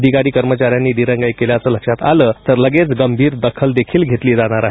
अधिकारी कर्मचाऱ्यांनी दिरंगाई केल्याचं लक्षात आलं तर लगेच गंभीर दखल घेतली जाणार आहे